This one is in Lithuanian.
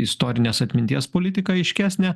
istorinės atminties politiką aiškesnę